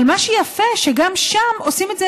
אבל מה שיפה, שגם שם עושים את זה